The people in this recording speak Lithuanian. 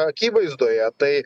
akivaizdoje tai